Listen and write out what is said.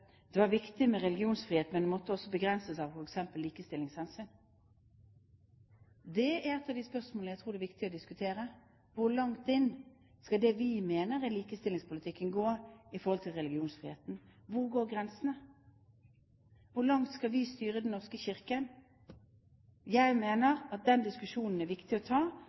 det var viktig med religionsfrihet, men den må også begrenses av f.eks. likestillingshensyn. Det er et av de spørsmål jeg tror det er viktig å diskutere. Hvor langt skal det vi mener er likestillingspolitikken, gå i forhold til religionsfriheten? Hvor går grensene? Hvor langt skal vi styre Den norske kirke? Jeg mener at den diskusjonen er viktig å ta,